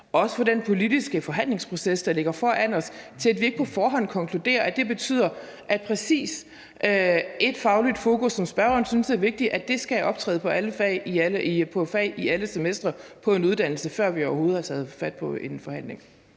også for den politiske forhandlingsproces, der ligger foran os, sådan at vi ikke på forhånd konkluderer, at præcis det faglige fokus, som spørgeren synes er vigtigt, skal optræde på fag i alle semestre på en uddannelse, før vi overhovedet har taget fat på en forhandling.